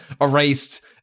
erased